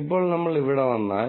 ഇപ്പോൾ നമ്മൾ ഇവിടെ വന്നാൽ